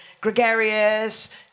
gregarious